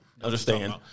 understand